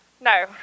No